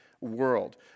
world